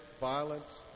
violence